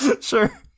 Sure